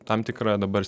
tam tikra dabar